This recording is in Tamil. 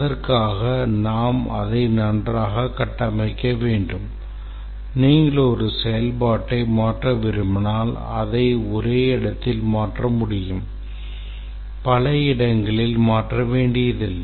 அதற்காக நாம் அதை நன்றாக கட்டமைக்க வேண்டும் நீங்கள் ஒரு செயல்பாட்டை மாற்ற விரும்பினால் அதை ஒரே இடத்தில் மாற்ற முடியும் பல இடங்களில் மாற்ற வேண்டியதில்லை